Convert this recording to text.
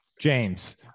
James